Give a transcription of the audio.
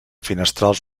finestrals